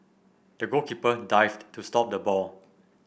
the goalkeeper dived to stop the ball